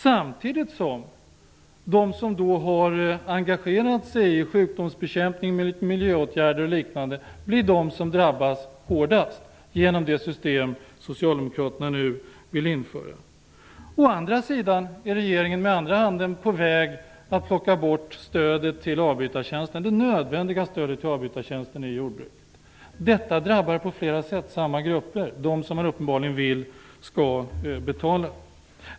Samtidigt drabbas de som engagerat sig i sjukdomsbekämpning, miljöåtgärder och liknande hårdast genom det system socialdemokraterna nu vill införa. Med andra handen är regeringen på väg att plocka bort det nödvändiga stödet till avbytartjänsterna i jordbruket. Detta drabbar på flera sätt samma grupper. Man vill uppenbarligen att dessa grupper skall betala.